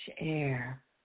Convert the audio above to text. air